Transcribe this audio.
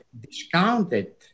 discounted